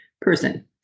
person